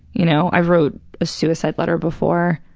you know, i wrote a suicide letter before,